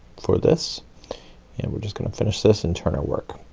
for this. and we're just gonna finish this and turn it work.